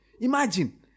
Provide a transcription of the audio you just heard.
Imagine